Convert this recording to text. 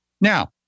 Now